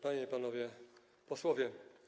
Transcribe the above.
Panie i Panowie Posłowie!